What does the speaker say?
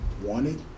wanted